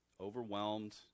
overwhelmed